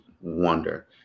wonder